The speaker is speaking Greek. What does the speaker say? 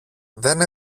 δεν